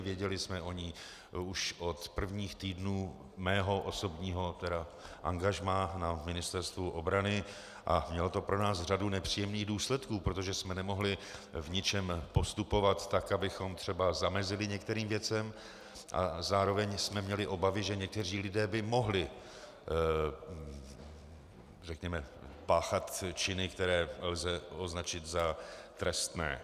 Věděli jsme o ní už od prvních týdnů mého osobního angažmá na Ministerstvu obrany a mělo to pro nás řadu nepříjemných důsledků, protože jsme nemohli v ničem postupovat tak, abychom třeba zamezili některým věcem, a zároveň jsme měli obavy, že někteří lidé by mohli, řekněme, páchat činy, které lze označit za trestné.